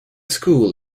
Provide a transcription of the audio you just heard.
school